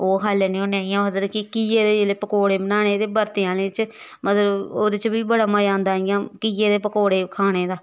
ओह् खाई लैन्ने होन्ने इ'यां मतलब कि घिये दे जेल्लै पकौड़े बनाने ते बरतें आह्लें च मतलब ओह्दे च बी बड़ा मज़ा आंदा इ'यां घिये दे पकौड़े खाने दा